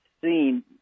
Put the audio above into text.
seen